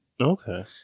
okay